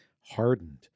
hardened